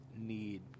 need